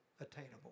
attainable